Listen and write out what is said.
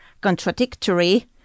contradictory